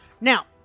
Now